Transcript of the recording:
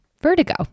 vertigo